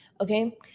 okay